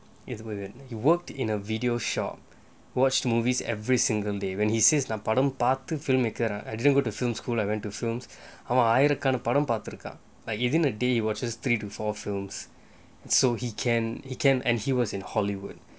if within you worked in a video shop watched movies every single day when he says நான் படம் பார்த்து:nan patam parttu part filmmaker lah I didn't go to film school I went to films அவன் ஆயிரக்கணக்கான படம் பார்த்துர்கான்:avan ayirakkanakkana patam partturkan like within a day watches three to four films so he can he can and he was in Hollywood